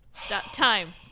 Time